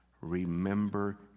remember